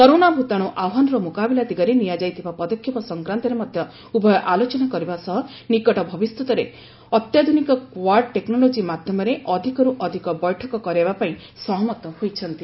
corona ଭୂତାଣୁ ଆହ୍ୱାନର ମୁକାବିଲା ଦିଗରେ ନିଆଯାଇଥିବା ପଦକ୍ଷେପ ସଂକ୍ରାନ୍ତରେ ମଧ୍ୟ ଉଭୟ ଆଲୋଚନା କରିବା ସହ ନିକଟ ଭବିଷ୍ୟତରେ ଅତ୍ୟାଧୁନିକ କ୍ୱାଡ୍ ଟେକ୍ନୋଲୋଜି ମାଧ୍ୟମରେ ଅଧିକରୁ ଅଧିକ ବୈଠକ କରାଇବା ପାଇଁ ସହମତ ହୋଇଛନ୍ତି